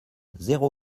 zéro